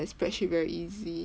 say spreadsheet very easy